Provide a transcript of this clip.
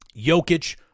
Jokic